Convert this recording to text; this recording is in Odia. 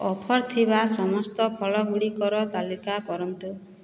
ଅଫର୍ ଥିବା ସମସ୍ତ ଫଳ ଗୁଡ଼ିକର ତାଲିକା କରନ୍ତୁ